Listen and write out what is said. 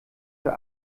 für